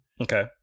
okay